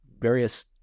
various